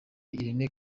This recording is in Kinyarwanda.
irene